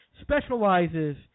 specializes